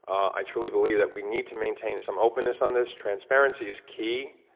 i truly believe that we need to maintain some openness on this. transparency is key,